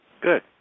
Good